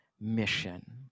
mission